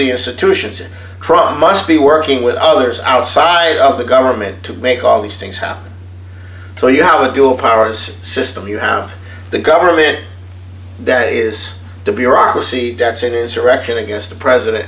the institutions and try must be working with others outside of the government to make all these things happen so you have to do a powers system you have the government that is the bureaucracy that's it is directed against the president